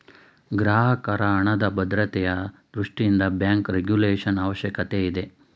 ಗ್ರಾಹಕರ ಹಣದ ಭದ್ರತೆಯ ದೃಷ್ಟಿಯಿಂದ ಬ್ಯಾಂಕ್ ರೆಗುಲೇಶನ್ ಅವಶ್ಯಕತೆ ಇದೆ